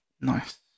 Nice